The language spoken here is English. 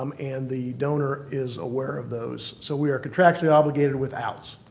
um and the donor is aware of those. so, we are contractually obligated with out's.